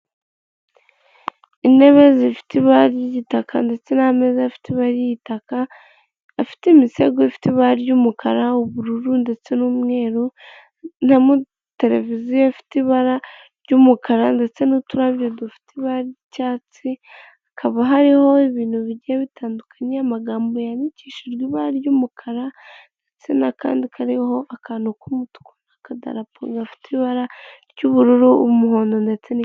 Intebe zifite ibara ry'igitaka ndetse n'ameza afite ibara ry'igitaka, afite imisego ifite ibara ry'umukara, ubururu ndetse n'umweru, na tereviziyo ifite ibara ry'umukara ndetse n'uturabyo dufite ibara ry'icyatsi hakaba hariho ibintu bigiye bitandu amagambo yandikishijwe ibara ry'umukara ndetse n'akandi kariho akantu k'umutwe n'akadarapo gafite ibara ry'ubururu n'umuhondo ndetse n'inti.